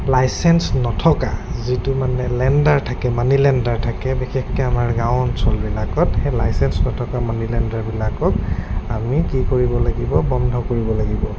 licence নথকা যিটো মানে লেণ্ডাৰ থাকে মানি লেণ্ডাৰ থাকে বিশেষকৈ আমাৰ গাঁও অঞ্চলবিলাকত সেই লাইচেঞ্চ নথকা মানি লেণ্ডাৰবিলাকক আমি কি কৰিব লাগিব বন্ধ কৰিব লাগিব